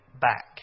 back